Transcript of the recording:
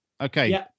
Okay